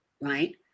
Right